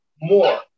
More